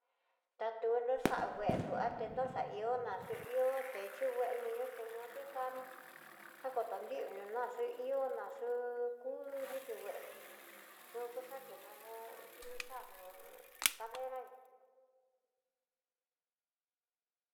Takuno xangue anoxo xa ihó naxu ihó, techungueni ñuté ño'o tikano xakonrió no naxi'í ihó naxú ku diki nguéna chuyuxa kena utilizar no'o escalera ñó.